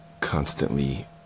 constantly